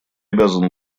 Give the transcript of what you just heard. обязан